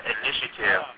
initiative